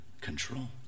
control